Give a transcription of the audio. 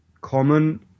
common